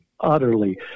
Utterly